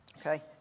Okay